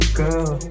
girl